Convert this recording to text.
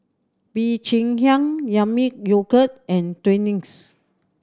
Bee Cheng Hiang Yami Yogurt and Twinings